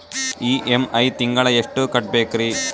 EMI ತಿಂಗಳ ಎಷ್ಟು ಕಟ್ಬಕ್ರೀ?